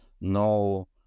no